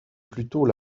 plutôt